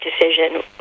decision